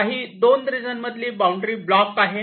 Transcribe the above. काही 2 रिजन मधली boundary block आहे